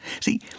See